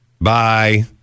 bye